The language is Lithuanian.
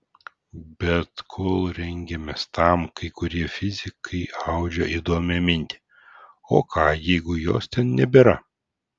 bet kol rengiamės tam kai kurie fizikai audžia įdomią mintį o ką jeigu jos ten nėra